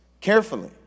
carefully